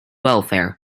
welfare